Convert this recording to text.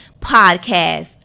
podcast